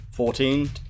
Fourteen